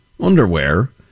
underwear